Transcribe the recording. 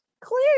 clear